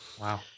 Wow